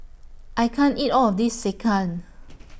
I can't eat All of This Sekihan